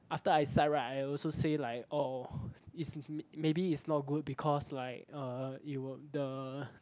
after I cite right I also say like oh is maybe is not good because like uh it would the